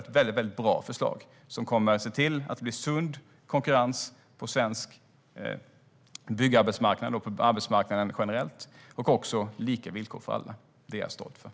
Det är ett väldigt bra förslag som kommer att se till att det blir sund konkurrens på svensk byggarbetsmarknad och på arbetsmarknaden generellt och som kommer att se till att lika villkor gäller för alla. Det är jag stolt över.